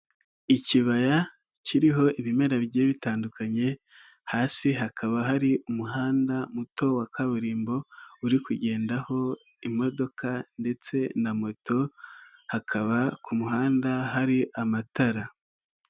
Ikibaya kiriho ibimera bigiye bitandukanye hasi hakaba hari umuhanda muto wa kaburimbo uri kugendaho imodoka ndetse na moto, hakaba ku muhanda hari amatara.